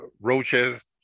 Roaches